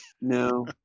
No